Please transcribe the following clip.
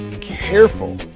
Careful